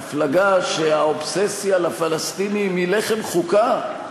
מפלגה שהאובססיה לפלסטינים היא לחם חוקה.